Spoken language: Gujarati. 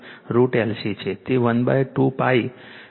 તે 12π 40 મિલી હેનરી છે